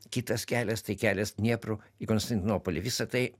kitas kelias tai kelias dniepru į konstantinopolį visa tai